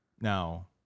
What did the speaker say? Now